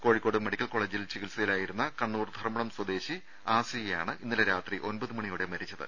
Kozhikode medical കോളേജിൽ ചികിത്സയിലായിരുന്ന കണ്ണൂർ ധർമ്മടം സ്വദേശിനി ആസിയയാണ് ഇന്നലെ രാത്രി ഒമ്പത് മണിയോടെ മരിച്ചത്